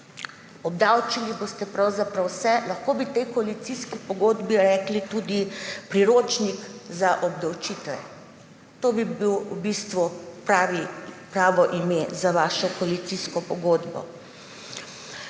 Obdavčili boste pravzaprav vse. Lahko bi tej koalicijski pogodbi rekli tudi priročnik za obdavčitve, to bi bilo v bistvu pravo ime za vašo koalicijsko pogodbo.